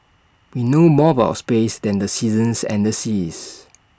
we know more about space than the seasons and the seas